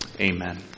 Amen